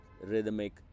rhythmic